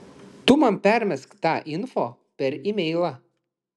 tu man permesk tą info per imeilą